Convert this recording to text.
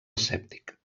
escèptic